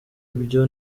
ibyo